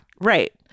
right